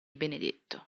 benedetto